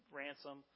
ransom